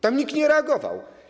Tam nikt nie reagował.